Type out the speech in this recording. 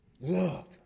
Love